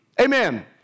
Amen